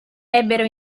ebbero